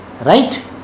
Right